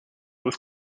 was